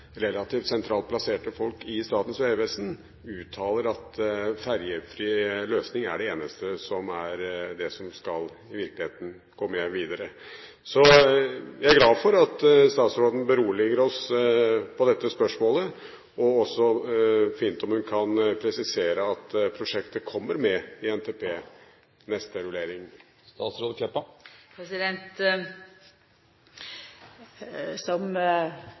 relativt sentralt plasserte folk i Statens vegvesen uttaler at ferjefri løsning er det eneste som i virkeligheten skal være med videre. Så vi er glade for at statsråden beroliger oss i dette spørsmålet. Det er fint om hun også kan presisere at prosjektet kommer med i NTP ved neste